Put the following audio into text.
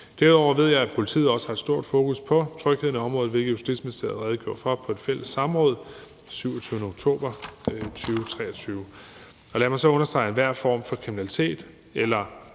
Derudover ved jeg, at politiet også har stort fokus på trygheden i området, hvilket justitsministeren redegjorde for på et fælles samråd den 27. oktober 2023. Og lad mig så understrege, at enhver form for kriminalitet eller